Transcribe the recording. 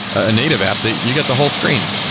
a native app that you get the whole screen,